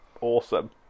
awesome